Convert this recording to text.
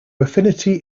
affinity